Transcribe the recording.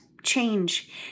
Change